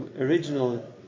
original